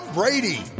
Brady